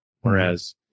Whereas